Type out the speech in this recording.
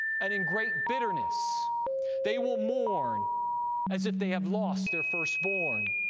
and in great bitterness they will mourn as if they have lost their first-born,